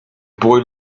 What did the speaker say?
boy